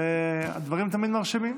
והדברים תמיד מרשימים.